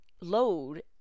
load